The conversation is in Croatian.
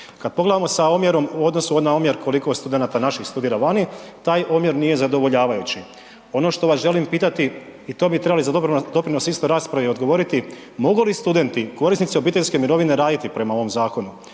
Kad pogledamo sa omjerom u odnosu na omjer koliko studenata naših studira vani, taj omjer nije zadovoljavajući. Ono što vas želim pitat i to bi trebali za dobar doprinos isto raspravi odgovoriti, mogu li studenti, korisnici obiteljske mirovine, raditi prema ovom zakonu